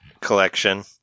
collection